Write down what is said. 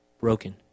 broken